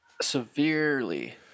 Severely